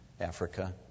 Africa